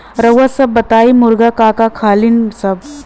रउआ सभ बताई मुर्गी का का खालीन सब?